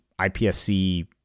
IPSC